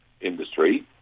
industry